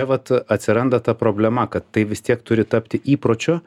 vat atsiranda ta problema kad tai vis tiek turi tapti įpročiu